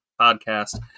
Podcast